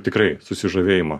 tikrai susižavėjimą